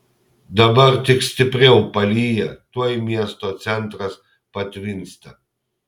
dabar tik stipriau palyja tuoj miesto centras patvinsta